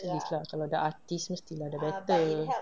serious lah kalau dah artiste mesti lah better